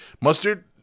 mustard